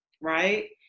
right